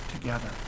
together